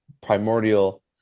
primordial